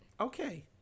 Okay